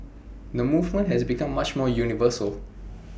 the movement has become much more universal